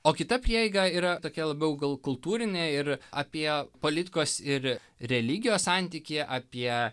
o kita prieiga yra tokia labiau gal kultūrinė ir apie politikos ir religijos santykyje apie